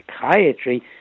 psychiatry